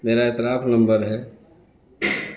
میرا اعتراف نمبر ہے